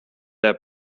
their